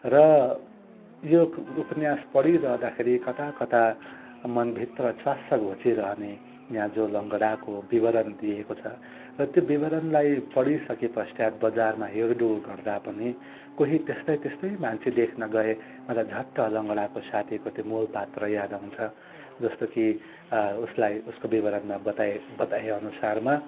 र यो उपन्यास पढिरहँदाखेरि कता कता मनभित्र च्वास्स घोचिरहने यहाँ जो लङ्गडाको विवरण दिएको छ र त्यो विवरणलाई पढिसके पश्चात बजारमा हिँडडुल गर्दा पनि कोही त्यस्तै त्यस्तै मान्छे देख्नगएँ अझ झट्ट लङ्गडाको साथीको त्यो मूलपात्र याद आउँछ जस्तो कि उसलाई उसको विवरणमा बताए बताए अनुसारमा